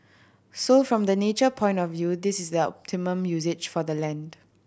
so from the nature point of view this is the optimum usage for the land